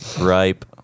ripe